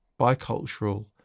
bicultural